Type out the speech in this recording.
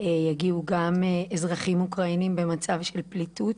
יגיעו גם אזרחים אוקראינים במצב של פליטות,